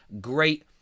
great